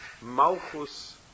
Malchus